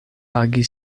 pagi